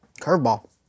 Curveball